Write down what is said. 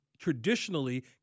traditionally